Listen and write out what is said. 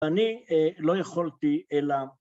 אני לא יכולתי אלא